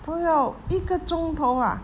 都要一个钟头啊